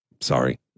Sorry